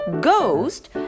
ghost